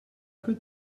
could